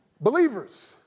Believers